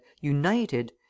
united